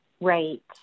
Right